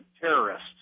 terrorists